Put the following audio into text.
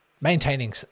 maintaining